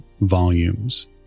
volumes